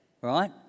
right